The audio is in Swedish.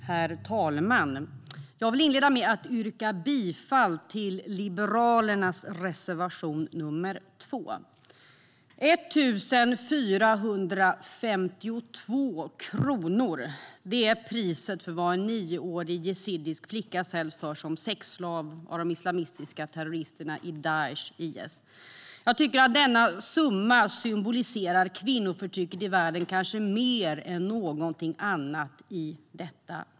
Herr talman! Jag vill inleda med att yrka bifall till Liberalernas reservation 2. 1 452 kronor är priset för en nioårig yazidisk flicka som säljs som sexslav av de islamistiska terroristerna i Daish/IS. Denna summa symboliserar kvinnoförtrycket i världen, kanske mer än någonting annat i detta nu.